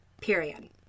Period